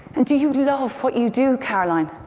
and do you love what you do, caroline?